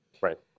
Right